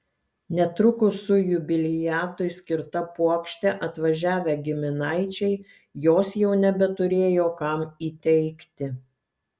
netrukus su jubiliatui skirta puokšte atvažiavę giminaičiai jos jau nebeturėjo kam įteikti